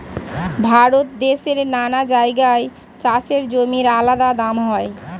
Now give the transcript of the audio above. ভারত দেশের নানা জায়গায় চাষের জমির আলাদা দাম হয়